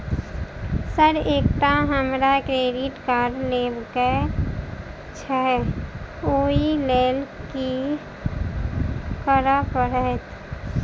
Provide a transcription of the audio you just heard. Sir एकटा हमरा credit card लेबकै छैय ओई लैल की करऽ परतै?